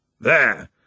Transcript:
There